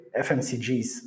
FMCGs